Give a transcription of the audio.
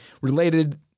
related